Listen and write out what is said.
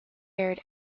aired